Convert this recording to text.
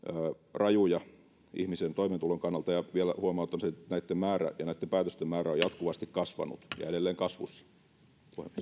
rajuja ihmisen toimeentulon kannalta vielä huomauttaisin että näitten määrä ja näitten päätösten määrä on jatkuvasti kasvanut ja edelleen kasvussa